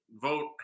Vote